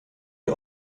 den